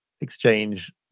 exchange